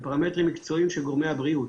פרמטרים מקצועיים שקובעים גורמי הבריאות,